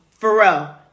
Pharrell